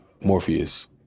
Morpheus